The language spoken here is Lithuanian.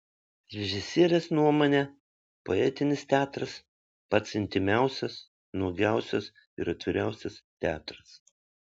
režisierės nuomone poetinis teatras pats intymiausias nuogiausias ir atviriausias teatras